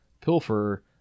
Pilfer